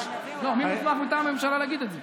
לא, מי מוסמך מטעם הממשלה להגיד את זה?